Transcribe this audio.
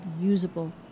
usable